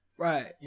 Right